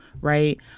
Right